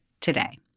today